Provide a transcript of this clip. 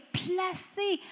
placer